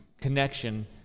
connection